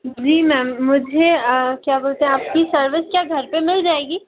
जी ma'am मुझे क्या बोलते है आपकी सर्विस क्या घर पर मिल जाएगी